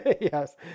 Yes